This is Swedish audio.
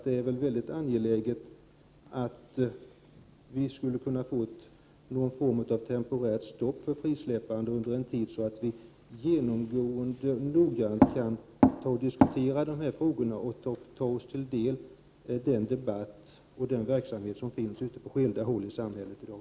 Det är mycket angeläget att det under en tid blir någon form av temporärt stopp för frisläppande, så att vi noggrant kan diskutera frågorna och ta del av den debatt och den verksamhet som finns på skilda håll i samhället i dag.